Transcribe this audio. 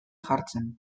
jartzen